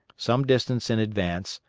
some distance in advance,